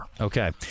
Okay